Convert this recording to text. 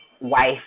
wife